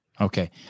Okay